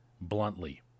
bluntly